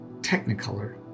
Technicolor